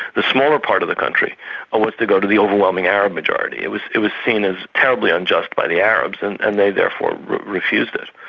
the smaller part of the country ah was to go to the overwhelming arab majority. it was it was seen as terribly unjust by the arabs and and they therefore refused it.